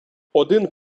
один